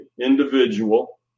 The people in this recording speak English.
individual